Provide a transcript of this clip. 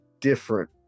different